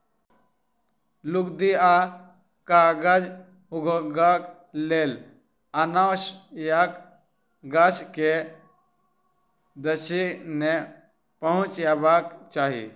लुगदी आ कागज उद्योगक लेल अनावश्यक गाछ के क्षति नै पहुँचयबाक चाही